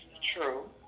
true